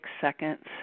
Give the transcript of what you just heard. seconds